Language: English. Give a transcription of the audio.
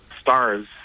stars